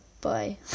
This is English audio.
bye